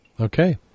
Okay